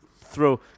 throw